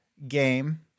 Game